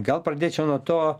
gal pradėčiau nuo to